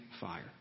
fire